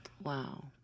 Wow